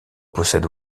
possède